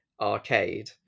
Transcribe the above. arcade